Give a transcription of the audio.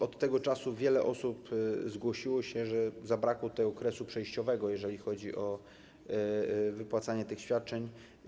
Od tego czasu wiele osób zgłosiło, że zabrakło im okresu przejściowego, jeżeli chodzi o wypłacanie tych świadczeń.